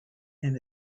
and